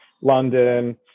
London